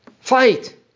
Fight